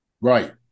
Right